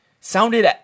Sounded